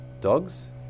dogs